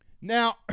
Now